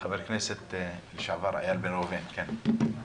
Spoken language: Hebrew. חבר הכנסת לשעבר, איל בן ראובן, בבקשה.